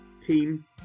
team